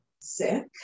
sick